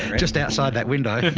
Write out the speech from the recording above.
just outside that window.